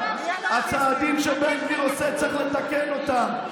מי אמר, הצעדים שבן גביר עושה, צריך לתקן אותם.